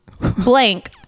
blank